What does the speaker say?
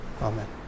Amen